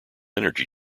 energy